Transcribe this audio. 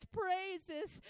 praises